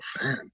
fan